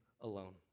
alone